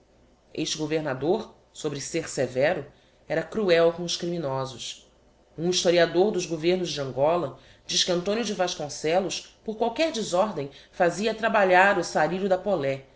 este governador sobre ser severo era cruel com os criminosos um historiador dos governos de angola diz que antonio de vasconcellos por qualquer desordem fazia trabalhar o sarilho da polé